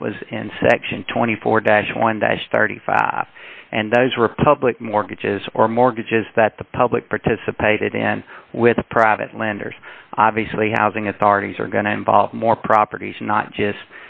that was in section twenty four dash one that started five and those republic mortgages or mortgages that the public participated in with private lenders obviously housing authorities are going to involve more properties not just